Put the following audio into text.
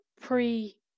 pre